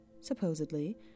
Supposedly